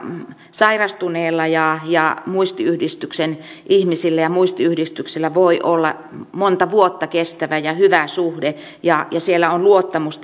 sairastuneella ja ja muistiyhdistyksen ihmisillä ja muistiyhdistyksellä voi olla monta vuotta kestävä ja hyvä suhde ja on luottamus